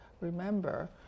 remember